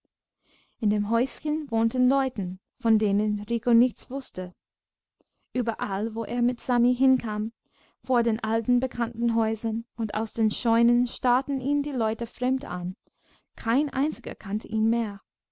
in dem häuschen wohnten leute von denen rico nichts wußte überall wo er mit sami hinkam vor den alten bekannten häusern und aus den scheunen starrten ihn die leute fremd an kein einziger kannte ihn mehr